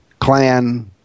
clan